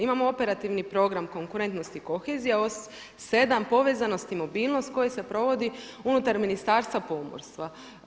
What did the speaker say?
Imamo operativni program konkurentnosti kohezije … 7 povezanost i mobilnost koji se provodi unutar Ministarstva pomorstva.